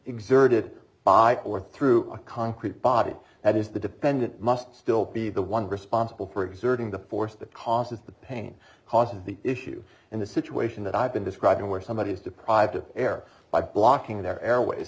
exerted by or through a concrete body that is the defendant must still be the one responsible for exerting the force that causes the pain causes the issue and the situation that i've been describing where somebody is deprived of air by blocking their airways